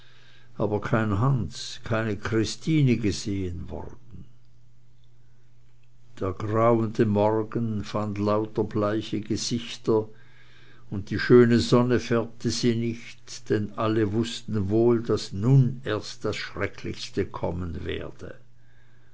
aber kein hans keine christine gesehen worden der grauende morgen fand lauter bleiche gesichter und die schöne sonne färbte sie nicht denn alle wußten wohl daß nun erst das schrecklichste kommen werde